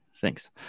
thanks